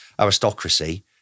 aristocracy